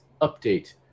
update